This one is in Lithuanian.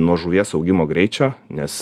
nuo žuvies augimo greičio nes